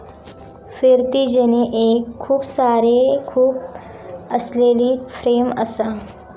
फिरती जेनी एक खूप आरे असलेली फ्रेम असा